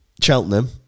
Cheltenham